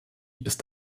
ist